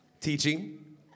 teaching